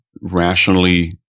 rationally